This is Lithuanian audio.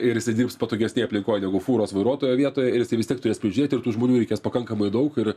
ir jisai dirbs patogesnėj aplinkoj negu fūros vairuotojo vietoj ir vis tiek turės prižiūrėti ir tų žmonių reikės pakankamai daug ir